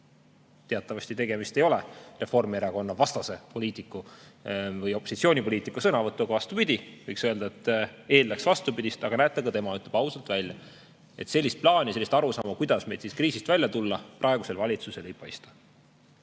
Teatavasti ei ole tegemist Reformierakonna-vastase poliitiku või opositsioonipoliitiku sõnavõtuga. Vastupidi, võiks öelda, et eeldaks vastupidist, aga näete, ka tema ütleb ausalt välja, et sellist plaani, sellist arusaama, kuidas kriisist välja tulla, praegusel valitsusel ei paista. Ka